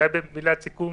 בסוף,